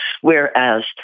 Whereas